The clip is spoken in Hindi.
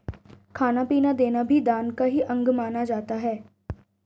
खाना पीना देना भी दान का ही अंग माना जाता है